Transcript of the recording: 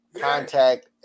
contact